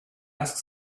ask